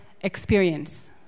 experience